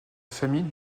famille